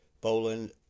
Poland